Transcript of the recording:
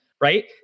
right